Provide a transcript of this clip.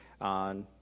on